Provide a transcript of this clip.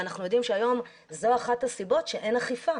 ואנחנו יודעים שהיום זו אחת הסיבות שאין אכיפה.